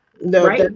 No